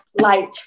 light